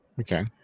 Okay